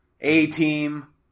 A-Team